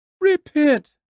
repent